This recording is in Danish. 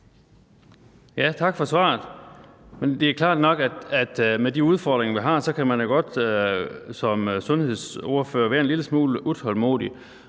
Tak for svaret. Det er klart nok, at med de udfordringer, der er, kan man som sundhedsordfører godt være en lille smule utålmodig.